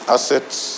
Assets